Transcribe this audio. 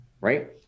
right